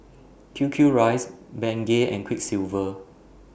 Q Q Rice Bengay and Quiksilver